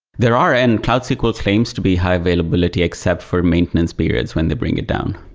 there are, and cloud sql claims to be high-availability, except for maintenance periods when they bring it down